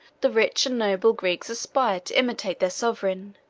the rich and noble greeks aspired to imitate their sovereign,